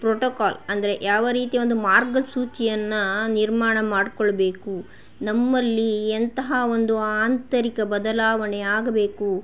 protocol ಅಂದರೆ ಯಾವ ರೀತಿ ಒಂದು ಮಾರ್ಗಸೂಚಿಯನ್ನು ನಿರ್ಮಾಣ ಮಾಡಿಕೊಳ್ಬೇಕು ನಮ್ಮಲ್ಲಿ ಎಂತಹ ಒಂದು ಆಂತರಿಕ ಬದಲಾವಣೆ ಆಗಬೇಕು